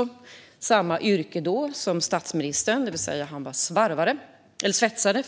Han hade samma yrke som statsministern, nämligen svetsare.